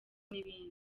n’ibindi